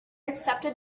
accepted